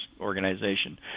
organization